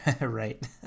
Right